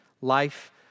life